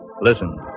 Listen